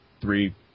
three